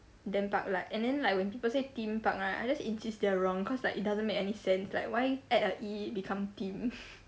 them park right and then like when people say theme park right I just insist they're wrong cause like it doesn't make any sense like why add a E become theme